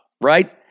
right